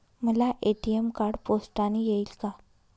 मला ATM card पोस्टाने येईल का?